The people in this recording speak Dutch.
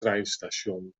treinstation